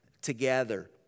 together